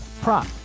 prop